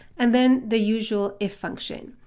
and then the usual if function.